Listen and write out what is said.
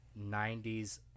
90s